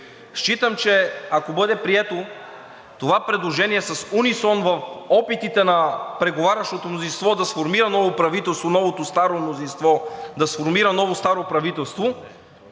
Считам, че ако бъде прието, това предложение в унисон с опитите на преговарящото мнозинство да сформира ново правителство, новото-старо мнозинство да сформира ново-старо правителство,